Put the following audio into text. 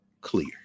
clear